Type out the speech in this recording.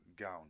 Gown